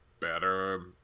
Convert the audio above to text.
better